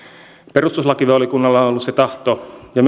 perustuslakivaliokunnalla on ollut se tahto ja